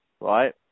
right